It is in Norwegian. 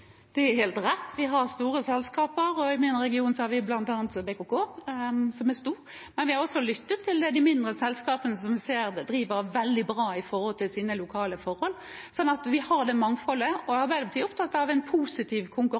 Det er helt rett at vi har store selskaper. I min region har vi bl.a. BKK, som er stort. Men vi har også lyttet til de mindre selskapene, som vi ser driver veldig bra ut fra sine lokale forhold – så vi har et mangfold. Arbeiderpartiet er opptatt av positiv